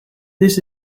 this